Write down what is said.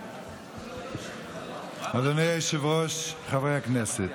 אדוני היושב-ראש, חברי הכנסת,